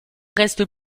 reste